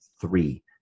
three